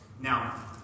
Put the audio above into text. Now